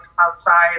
outside